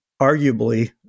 arguably